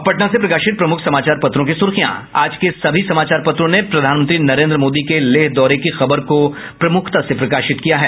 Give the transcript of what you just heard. अब पटना से प्रकाशित प्रमुख समाचार पत्रों की सुर्खियां आज के सभी समाचार पत्रों ने प्रधानमंत्री नरेंद्र मोदी के लेह दौरे की खबर को प्रमुखता से प्रकाशित किया है